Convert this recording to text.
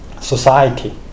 society